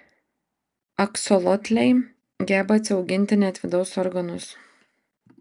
aksolotliai geba atsiauginti net vidaus organus